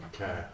Okay